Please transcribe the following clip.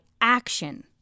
action